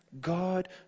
God